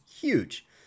huge